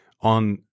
on